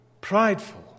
prideful